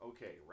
Okay